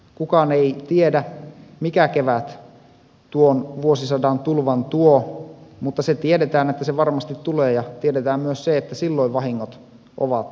kukaan ei tiedä mikä kevät tuon vuosisadan tulvan tuo mutta se tiedetään että se varmasti tulee ja tiedetään myös se että silloin vahingot ovat valtavat